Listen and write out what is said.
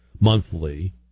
monthly